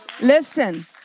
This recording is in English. listen